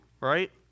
Right